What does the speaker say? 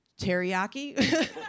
Teriyaki